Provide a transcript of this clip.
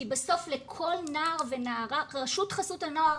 כי בסוף לכל נער ונערה רשות חסות הנוער